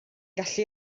gallu